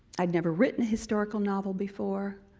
i'd never written a historical novel before.